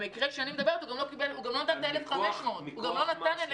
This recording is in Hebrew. במקרה שעליו אני מדברת הוא גם לא נתן את ה-1,500 שקל לילד.